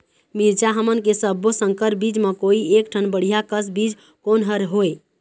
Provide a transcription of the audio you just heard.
मिरचा हमन के सब्बो संकर बीज म कोई एक ठन बढ़िया कस बीज कोन हर होए?